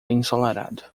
ensolarado